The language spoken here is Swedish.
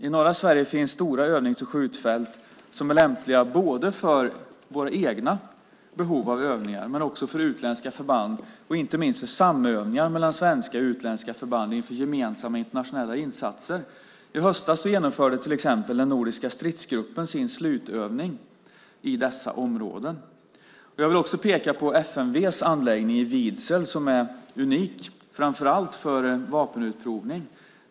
I norra Sverige finns stora övnings och skjutfält som är lämpliga både för våra egna behov av övningar och också för utländska förband, inte minst för samövningar mellan svenska och utländska förband inför gemensamma internationella insatser. I höstas genomförde till exempel den nordiska stridsgruppen sin slutövning i dessa områden. Jag vill också nämna FMV:s anläggning i Vidsel som är unik framför allt för vapenutprovning.